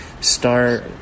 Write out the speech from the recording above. start